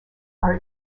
are